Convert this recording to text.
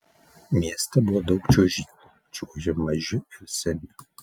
mieste buvo daug čiuožyklų čiuožė maži ir seni